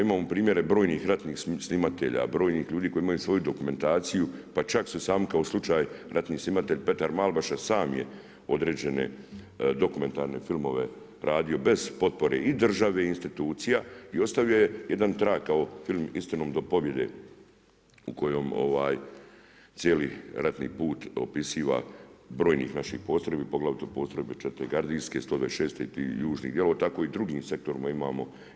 Imamo primjere brojnih ratnih snimatelja, brojnih ljudi koji imaju svoju dokumentaciju, pa čak su sami kao slučaj ratni snimatelj Petar Malbaša sam je određene dokumentarne filmove radio bez potpore i države i institucije i ostavio je jedan trag kao film „Istinom do pobjede“ u kojem cijeli ratni put opisiva brojnih naših postrojbi poglavito postrojbe čete gardijske 126. i tih južnih dijelova, tako i u drugim sektorima imamo.